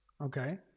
Okay